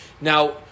Now